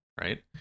right